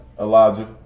elijah